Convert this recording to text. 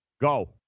Go